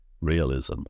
realism